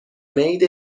مید